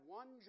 one